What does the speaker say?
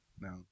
no